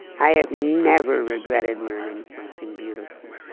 i have never regretted learning something beautiful